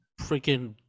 freaking